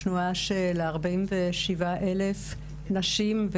תנועה של 47,000 נשים,